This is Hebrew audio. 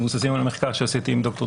שהם מבוססים על המחקר שעשיתי עם ד"ר